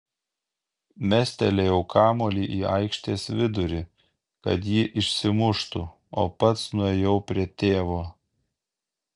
mestelėjau kamuolį į aikštės vidurį kad jį išsimuštų o pats nuėjau prie tėvo